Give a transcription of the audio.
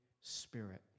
Spirit